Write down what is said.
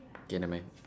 okay never mind